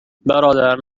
برادر